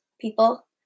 people